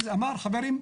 אמר חברים,